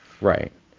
Right